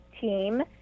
team